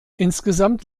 insgesamt